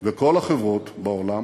וכל החברות בעולם